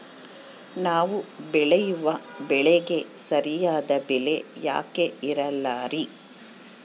ನಾವು ಬೆಳೆಯುವ ಬೆಳೆಗೆ ಸರಿಯಾದ ಬೆಲೆ ಯಾಕೆ ಇರಲ್ಲಾರಿ?